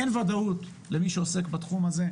אין ודאות למי שעוסק בתחום הזה,